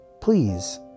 please